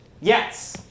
Yes